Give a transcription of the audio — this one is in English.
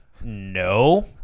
no